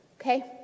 Okay